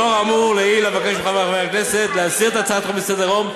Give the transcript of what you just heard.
לאור האמור לעיל אבקש מחברי הכנסת להסיר את הצעת החוק מסדר-היום,